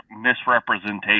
misrepresentation